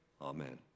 Amen